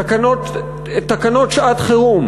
תקנות שעת-חירום,